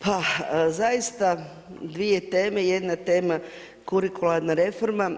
Pa zaista dvije teme, jedna tema kurikularna reforma.